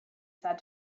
said